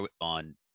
on